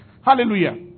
Hallelujah